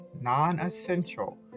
non-essential